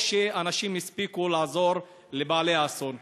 או שאנשים הספיקו לעזור למנוע אסון.